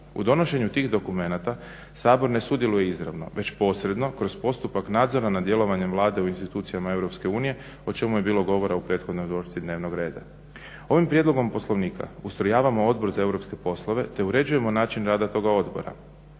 U donošenju tih dokumenta Sabor ne sudjeluje izravno već posredno kroz postupak nadzora nad djelovanjem Vlade u institucijama EU o čemu je bilo govora u prethodnoj točci dnevnog reda. Ovim prijedlogom poslovnika ustrojavamo Odbor za europske poslove te uređujemo način rada toga odbora,